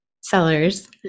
sellers